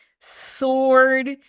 sword